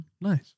Nice